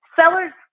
Sellers